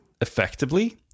effectively